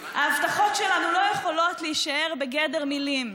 ההבטחות שלנו לא יכולות להישאר בגדר מילים,